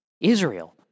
Israel